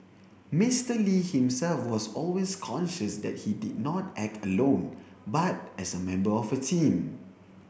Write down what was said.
Mister Lee himself was always conscious that he did not act alone but as a member of a team